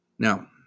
Now